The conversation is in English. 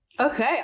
Okay